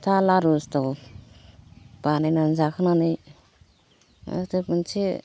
फिथा लारु सिथाव बानायनानै जाखांनानै आरो मोनसे